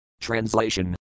Translation